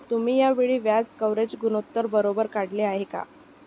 तुम्ही या वेळी व्याज कव्हरेज गुणोत्तर बरोबर काढले आहे का?